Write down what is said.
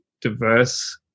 diverse